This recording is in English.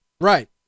Right